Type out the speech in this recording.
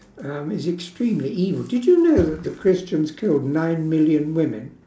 um it's extremely evil did you know that the christians killed nine million women